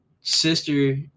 sister